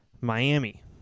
Miami